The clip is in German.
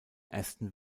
aston